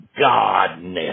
Godness